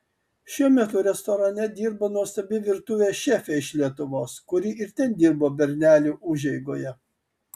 šiuo metu restorane dirba nuostabi virtuvės šefė iš lietuvos kuri ir ten dirbo bernelių užeigoje